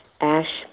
Ash